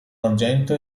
argento